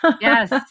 Yes